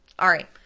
all right,